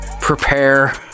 prepare